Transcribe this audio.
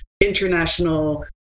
international